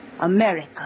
America